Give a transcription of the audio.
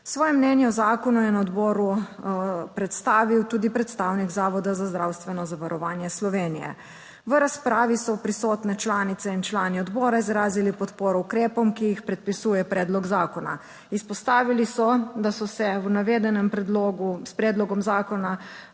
Svoje mnenje o zakonu je na odboru predstavil tudi predstavnik Zavoda za zdravstveno zavarovanje Slovenije. V razpravi so prisotni članice in člani odbora izrazili podporo ukrepom, ki jih predpisuje predlog zakona. Izpostavili so, da so se v navedenem predlogu s predlogom zakona,